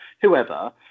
whoever –